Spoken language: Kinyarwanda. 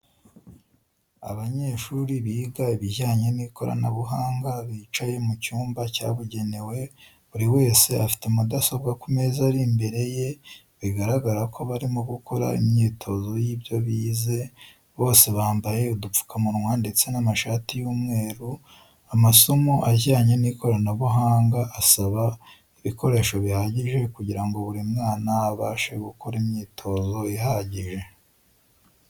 Abanyeshuri biga ibijyanye n'ikoranabuhanga bicaye mu cyumba cyabugenewe buri wese afite mudasobwa ku meza ari imbere ye bigaragara ko barimo gukora imyitozo y'ibyo bize, bose bambaye udupfukamunwa ndetse n'amashati y'umweru. Amasomo ajyanye n'ikoranabuhanga asaba ibikoreso bihagije kugirango buri mwana abashe gukora imyitozo ihagije.